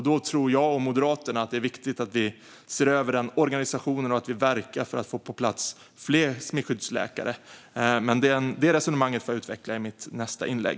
Då tror jag och Moderaterna att det är viktigt att vi ser över organisationen och verkar för att få på plats fler smittskyddsläkare. Det resonemanget får jag utveckla i mitt nästa inlägg.